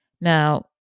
Now